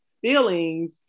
Feelings